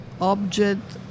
object